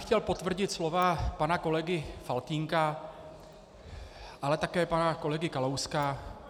Chtěl bych potvrdit slova pana kolegy Faltýnka, ale také pana kolegy Kalouska.